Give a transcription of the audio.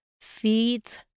feeds